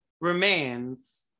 remains